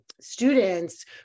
students